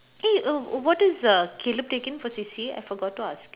eh err what is uh Caleb taking for C_C_A I forgot to ask